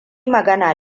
magana